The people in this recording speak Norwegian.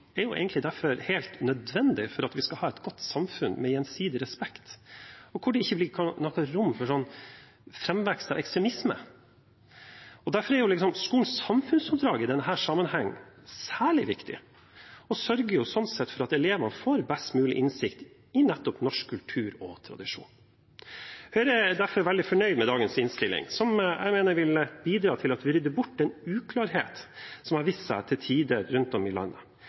er egentlig derfor helt nødvendig for at vi skal ha et godt samfunn med gjensidig respekt, hvor det ikke blir rom for framvekst av ekstremisme. Derfor er skolens samfunnsoppdrag i denne sammenhengen særlig viktig og sørger sånn sett for at elevene får best mulig innsikt i nettopp norsk kultur og tradisjon. Høyre er derfor veldig fornøyd med dagens innstilling, som jeg mener vil bidra til at vi rydder bort den uklarheten som har vist seg til tider rundt om i landet.